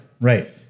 Right